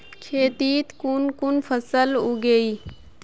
खेतीत कुन कुन फसल उगेई?